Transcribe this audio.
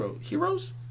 Heroes